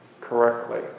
correctly